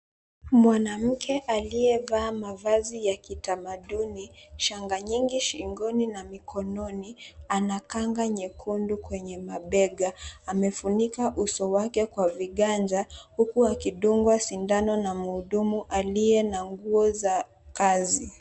Mwanamke aliyevaa mavazi ya kitamaduni, shanga nyingi shingoni na mikononi, anakanga nyekundu kwenye mabega, amefunika uso wake kwa viganja, huku akidungwa sindano na mhudumu aliye na nguo za kazi.